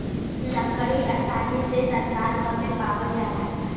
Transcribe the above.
लकड़ी आसानी से संसार भर में पावाल जाला